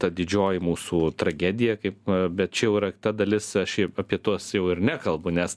ta didžioji mūsų tragedija kaip bet čia jau yra ta dalis aš šiaip apie tuos jau ir nekalbu nes